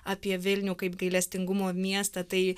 apie vilnių kaip gailestingumo miestą tai